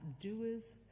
doers